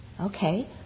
Okay